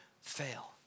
fail